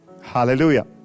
hallelujah